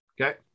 Okay